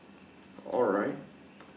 alright